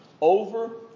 over